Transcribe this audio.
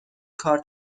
کار